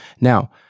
Now